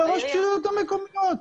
לרשויות המקומיות.